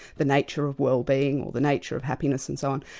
the nature of wellbeing, or the nature of happiness and so on,